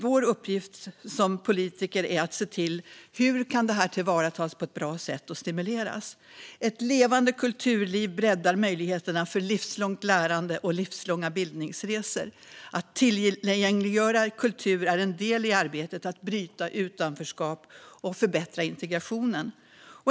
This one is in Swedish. Vår uppgift som politiker är dock att se till att det kan tillvaratas på ett bra sätt och stimuleras. Ett levande kulturliv breddar möjligheterna för livslångt lärande och livslånga bildningsresor. Att tillgängliggöra kultur är en del i arbetet att bryta utanförskap och förbättra integrationen.